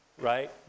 Right